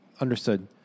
Understood